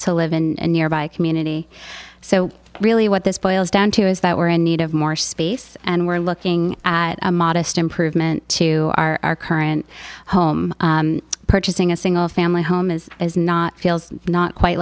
to live in a nearby community so really what this boils down to is that we're in need of more space and we're looking at a modest improvement to our current home purchasing a single family home is as not feels not quite